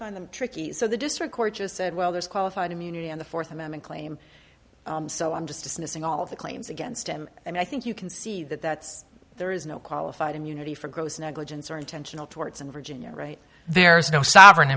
find them tricky so the district court just said well there's qualified immunity on the fourth amendment claim so i'm just dismissing all the claims against him and i think you can see that there is no qualified immunity for gross negligence or intentional torts and virginia right there is no sovereign